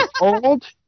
old